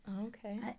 Okay